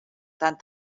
tant